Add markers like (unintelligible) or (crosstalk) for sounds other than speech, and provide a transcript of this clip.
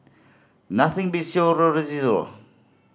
nothing beats (unintelligible)